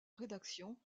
rédaction